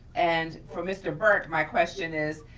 and for mr. burke, my question is,